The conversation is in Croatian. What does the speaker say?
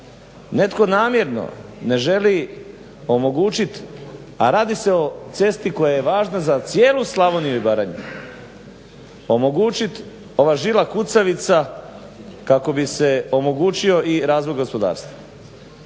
netko namjerno ne želi omogućit a radi se o cesti koja je važna za cijelu Slavoniju i Baranju omogućit ova žila kucavica kako bi se omogućio i razvoj gospodarstva.